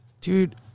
Dude